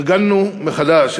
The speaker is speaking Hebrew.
ארגנו מחדש,